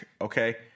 Okay